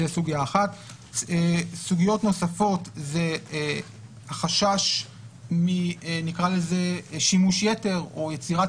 סוגיות נוספות החשש משימוש ייתר נקרא לזה או יצירת